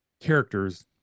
characters